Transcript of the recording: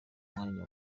mwanya